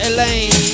Elaine